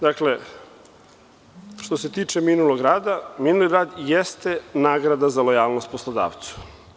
Dakle, što se tiče minulog rada, minuli rad jeste nagrada za lojalnost poslodavcu.